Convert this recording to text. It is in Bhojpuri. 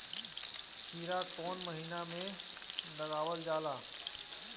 खीरा कौन महीना में लगावल जाला?